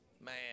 Man